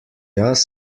jaz